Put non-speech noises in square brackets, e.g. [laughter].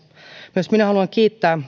myös minä haluan kiittää [unintelligible]